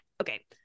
Okay